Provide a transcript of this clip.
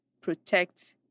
protect